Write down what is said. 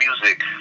music